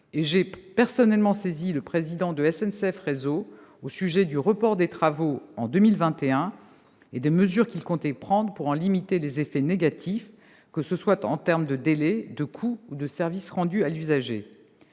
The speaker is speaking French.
J'ai personnellement saisi le président de SNCF Réseau au sujet du report des travaux à 2021 et des mesures qu'il comptait prendre pour en limiter les effets négatifs, que ce soit en termes de délais, de coûts ou de services rendus à l'usager.